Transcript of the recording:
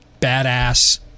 badass